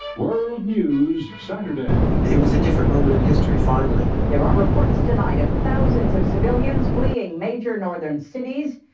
world news saturday. it was a different moment in history, finally there are reports tonight of thousands of civilians fleeing major northern cities,